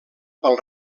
pel